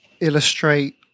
illustrate